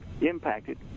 impacted